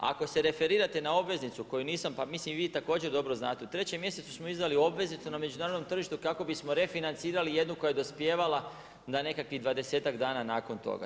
A ako se referirate na obveznicu koju nisam, pa mislim vi i također dobro znate, u 3. mjesecu smo izdali obveznicu na međunarodnom tržištu kako bismo refinancirali jednu koja je dospijevala na nekakvih 20-ak dana nakon toga.